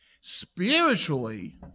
Spiritually